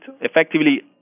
effectively